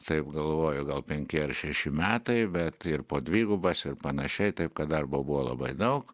taip galvoju gal penki ar šeši metai bet ir po dvigubas ir panašiai taip kad darbo buvo labai daug